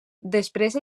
després